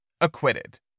acquitted